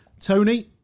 Tony